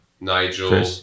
Nigel